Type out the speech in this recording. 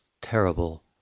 terrible